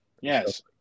Yes